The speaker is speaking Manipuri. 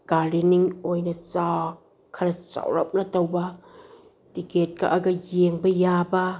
ꯒꯥꯔꯗꯦꯟꯅꯤꯡ ꯑꯣꯏꯅ ꯈꯔ ꯆꯥꯎꯔꯞꯅ ꯇꯧꯕ ꯇꯤꯛꯀꯦꯠ ꯀꯛꯑꯒ ꯌꯦꯡꯕ ꯌꯥꯕ